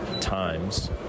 times